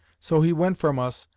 so he went from us,